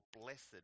blessed